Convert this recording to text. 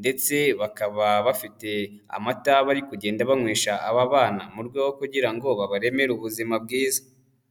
ndetse bakaba bafite amata bari kugenda banywesha aba bana, mu rwego rwo kugira ngo babaremere ubuzima bwiza.